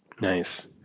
Nice